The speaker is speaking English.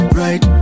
right